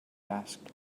asked